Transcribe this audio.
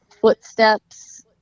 footsteps